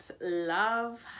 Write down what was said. love